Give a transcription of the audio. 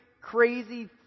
crazy